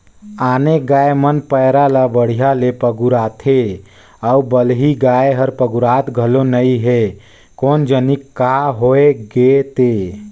आने गाय मन पैरा ला बड़िहा ले पगुराथे अउ बलही गाय हर पगुरात घलो नई हे कोन जनिक काय होय गे ते